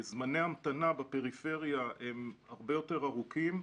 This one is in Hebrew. זמני ההמתנה בפריפריה הרבה יותר ארוכים,